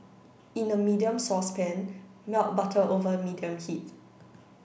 in a medium saucepan melt butter over medium heat